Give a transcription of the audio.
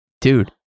Dude